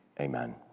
Amen